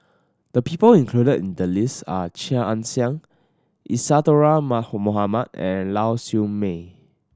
the people included in the list are Chia Ann Siang Isadhora Mohamed and Lau Siew Mei